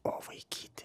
o vaikyti